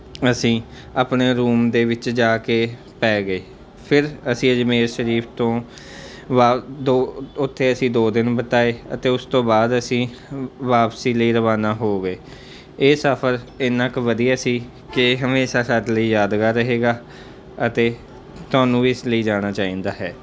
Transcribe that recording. ਅਸੀਂ ਆਪਣੇ ਰੂਮ ਦੇ ਵਿੱਚ ਜਾ ਕੇ ਪੈ ਗਏ ਫਿਰ ਅਸੀਂ ਅਜਮੇਰ ਸ਼ਰੀਫ ਤੋਂ ਉੱਥੇ ਅਸੀਂ ਦੋ ਦਿਨ ਬਿਤਾਏ ਅਤੇ ਉਸ ਤੋਂ ਬਾਅਦ ਅਸੀਂ ਵਾਪਸੀ ਲਈ ਰਵਾਨਾ ਹੋ ਗਏ ਇਹ ਸਫਰ ਇੰਨਾਂ ਕੁ ਵਧੀਆ ਸੀ ਕਿ ਹਮੇਸ਼ਾ ਸਾਡੇ ਲਈ ਯਾਦਗਾਰ ਰਹੇਗਾ ਅਤੇ ਤੁਹਾਨੂੰ ਵੀ ਇਸ ਲਈ ਜਾਣਾ ਚਾਹੀਦਾ ਹੈ